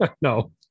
No